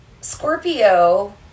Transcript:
Scorpio